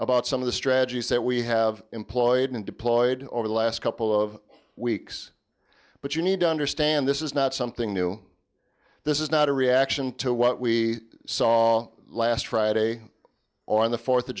about some of the strategies that we have employed and deployed over the last couple of weeks but you need to understand this is not something new this is not a reaction to what we saw last friday on the fourth of